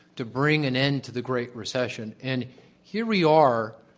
to bring an end to the great recession, and here we are,